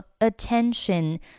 attention